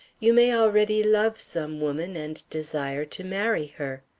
you may already love some woman and desire to marry her.